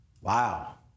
Wow